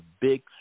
big